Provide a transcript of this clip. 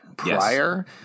prior